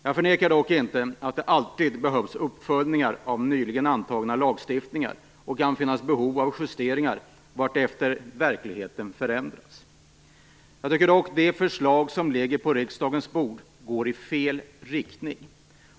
Jag förnekar dock inte att det alltid behövs uppföljningar av nyligen antagna lagstiftningar och att det kan finnas behov av justeringar allteftersom verkligheten förändras. Jag tycker dock att det förslag som ligger på riksdagens bord går i fel riktning.